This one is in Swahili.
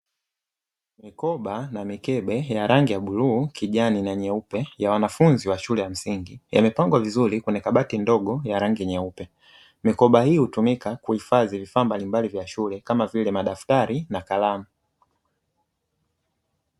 Mikoba na mikebe ya rangi ya bluu, kijani na nyeupe ya wanafunzi wa shule ya msingi, yamepangwa vizuri kwenye kabati ndogo ya rangi nyeupe. Mikoba hii hutumika kuhifadhi vifaa mbalimbali vya shule kama vile madaftari na kalamu.